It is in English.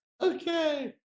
Okay